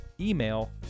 email